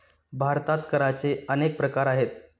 भारतात करांचे अनेक प्रकार आहेत